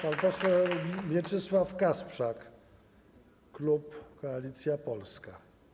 Pan poseł Mieczysław Kasprzak, klub Koalicja Polska.